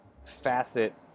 facet